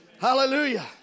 Hallelujah